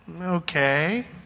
Okay